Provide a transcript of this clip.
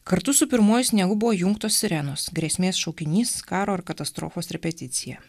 kartu su pirmuoju sniegu buvo įjungtos sirenos grėsmės šaukinys karo ar katastrofos repeticija